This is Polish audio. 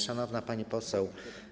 Szanowna Pani Poseł!